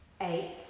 eight